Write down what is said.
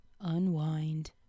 unwind